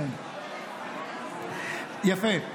יפה.